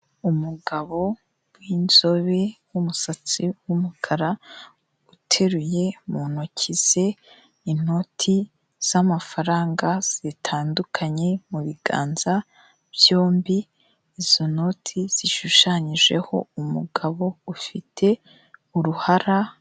Umugabo w'inzobe w'umusatsi w'umukara, uteruye mu ntoki ze inoti z'amafaranga zitandukanye mubiganza byombi, izo noti zishushanyijeho umugabo ufite uruhara.